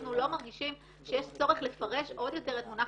אנחנו לא מרגישים שיש צורך לפרש עוד יותר את מונח